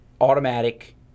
automatic